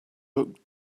looked